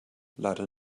leider